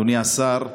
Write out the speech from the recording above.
אדוני השר,